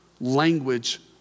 language